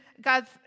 God's